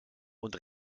und